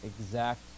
exact